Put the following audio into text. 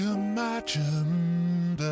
imagined